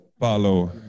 Paulo